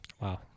Wow